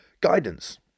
guidance